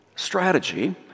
strategy